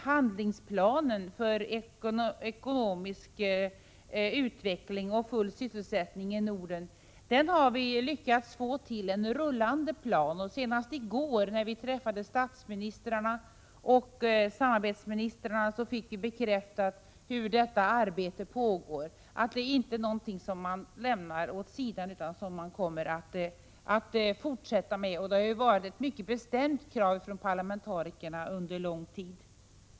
Handlingsplanen för ekonomisk utveckling och full sysselsättning i Norden har vi lyckats få till en rullande plan. Senast i går, när vi träffade statsministrarna och samarbetsministrarna, fick vi bekräftat att detta arbete pågår — det är inte någonting som man lägger åt sidan utan det kommer man att fortsätta med. Det har ju varit ett mycket bestämt krav från parlamentarikerna under lång tid.